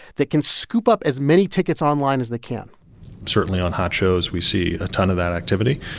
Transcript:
that can scoop up as many tickets online as they can certainly on hot shows, we see a ton of that activity.